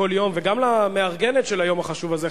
וגם למארגנת של היום החשוב הזה,